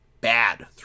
bad